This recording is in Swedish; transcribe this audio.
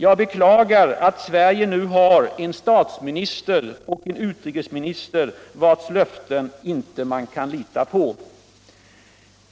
Jag beklagar att Sverige nu har en statsminister och en utrikesminister vilkas löften man inte kan lita på.